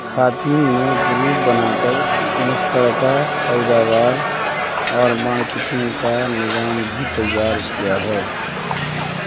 خواتین نے گروپ بنا کر مشترکہ پیداوار اور مارکیٹنگ کا نظام بھی تیار کیا ہے